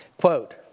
quote